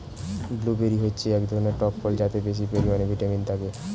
blueberry হচ্ছে এক ধরনের টক ফল যাতে বেশি পরিমাণে ভিটামিন থাকে